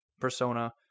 persona